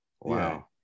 wow